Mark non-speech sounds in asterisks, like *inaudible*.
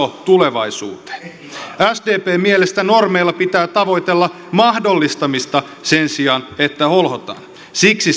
tulevaisuuteen sdpn mielestä normeilla pitää tavoitella mahdollistamista sen sijaan että holhotaan siksi *unintelligible*